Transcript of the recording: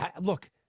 Look